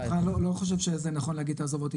אני ברשותך לא חושב שזה נכון להגיד "תעזוב אותי